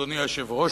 אדוני היושב-ראש,